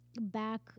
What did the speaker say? back